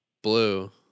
Blue